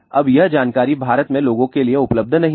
अब यह जानकारी भारत में लोगों के लिए उपलब्ध नहीं है